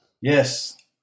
Yes